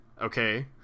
Okay